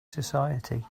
society